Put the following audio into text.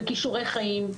וכישורי חיים.